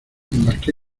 embarqué